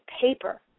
paper